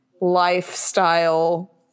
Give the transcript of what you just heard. lifestyle